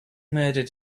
murdered